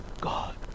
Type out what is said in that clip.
God